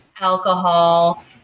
alcohol